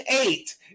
eight